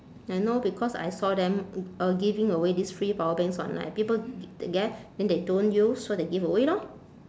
I know because I saw them uh giving away these free power banks online people get then they don't use so they give away lor